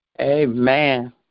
Amen